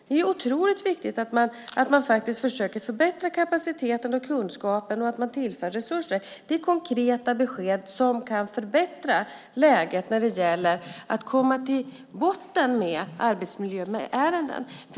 Det är otroligt viktigt att man faktiskt försöker förbättra kapaciteten och kunskapen och att man tillför resurser. Det är konkreta besked som kan förbättra läget när det gäller att gå till botten med arbetsmiljöärenden.